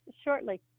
shortly